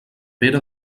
pere